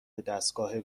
دستگاه